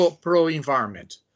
pro-environment